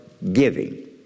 Giving